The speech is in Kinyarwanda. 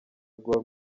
gor